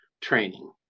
training